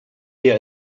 wir